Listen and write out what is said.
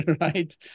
right